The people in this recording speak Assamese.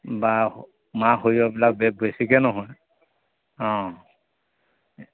বা মাহ সৰিয়হবিলাক বেগ বেছিকে নহয়